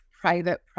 private